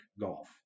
Golf